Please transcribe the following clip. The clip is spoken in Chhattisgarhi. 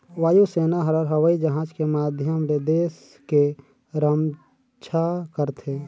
वायु सेना हर हवई जहाज के माधियम ले देस के रम्छा करथे